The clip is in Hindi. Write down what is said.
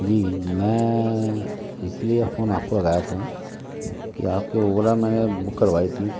जी मैं इसलिए फ़ोन आपको लगाया था कि आपके ओला मैंने बुक करवाई थी